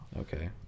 Okay